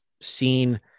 seen